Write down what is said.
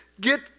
get